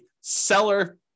seller